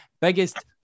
biggest